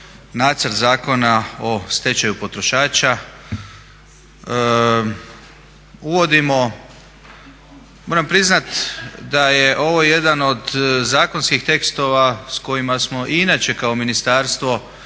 nacrt Zakona o stečaju potrošača. Uvodimo, moram priznati da je ovo jedan od zakonskih tekstova s kojima smo i inače kao ministarstvo,